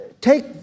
Take